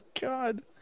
god